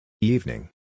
Evening